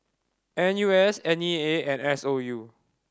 N U S N E A and S O U